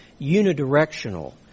unidirectional